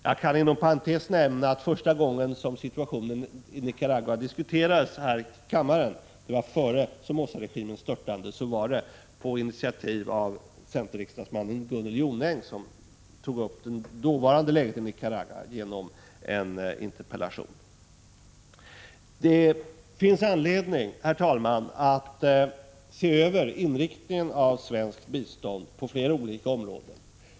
Jag kan inom parentes nämna att första gången som situationen i Nicaragua diskuterades här i kammaren — det var före Somozaregimens störtande — skedde det på initiativ av centerriksdagsmannen Gunnel Jonäng, som i en interpellation tog upp den dåvarande situationen i Nicaragua. Det finns anledning, herr talman, att se över inriktningen av svenskt bistånd på flera olika områden.